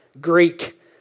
Greek